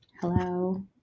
hello